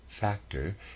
factor